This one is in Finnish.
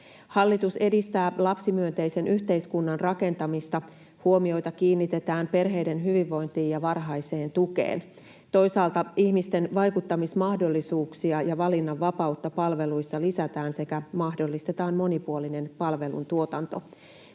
Hallitus edistää lapsimyönteisen yhteiskunnan rakentamista, huomioita kiinnitetään perheiden hyvinvointiin ja varhaiseen tukeen. Toisaalta ihmisten vaikuttamismahdollisuuksia ja valinnanvapautta palveluissa lisätään sekä mahdollistetaan monipuolinen palveluntuotanto.